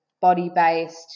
body-based